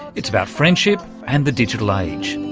it's about friendship and the digital age.